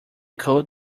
coat